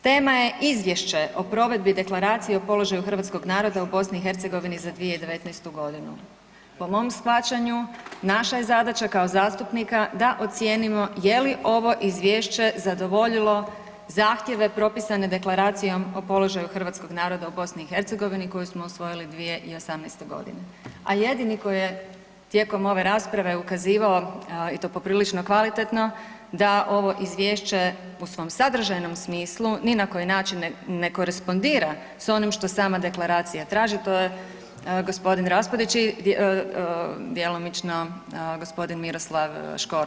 Tema je izvješće o provedbi Deklaracije o položaju hrvatskog naroda u BiH za 2019.g. Po mom shvaćanju naša je zadaća kao zastupnika da ocijenimo je li ovo izvješće zadovoljilo zahtjeve propisane Deklaracijom o položaju hrvatskog naroda u BiH koju smo usvojili 2018.g. A jedini koji je tijekom ove rasprave ukazivao i to poprilično kvalitetno da ovo izvješće u svom sadržajnom smislu ni na koji način ne korespondira s onim što sama deklaracija traži, to je g. Raspudić i djelomično g. Miroslav Škoro.